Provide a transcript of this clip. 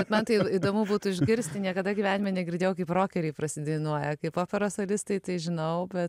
man tai įdomu būtų išgirsti niekada gyvenime negirdėjau kaip rokeriai prasidainuoja kaip operos solistai tai žinau bet